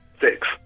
Six